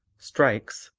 strikes,